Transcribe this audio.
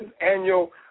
annual